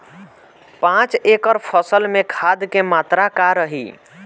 पाँच एकड़ फसल में खाद के मात्रा का रही?